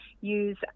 use